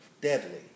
deadly